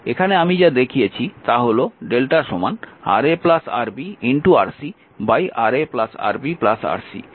এখানে আমি যা দেখিয়েছি তা হল Δ Ra Rb Rc Ra Rb Rc